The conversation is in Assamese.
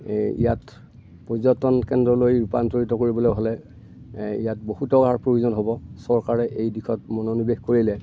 এই ইয়াত পৰ্যটন কেন্দ্ৰলৈ ৰূপান্তৰিত কৰিবলৈ হ'লে ইয়াত বহুত টকাৰ প্ৰয়োজন হ'ব চৰকাৰে এই দিশত মনোনিবেশ কৰিলে